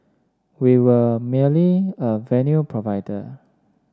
we were merely a venue provider